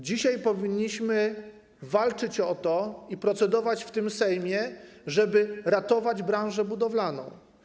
Dzisiaj powinniśmy walczyć o to i procedować nad tym Sejmie, żeby ratować branżę budowlaną.